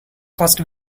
cost